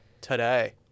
today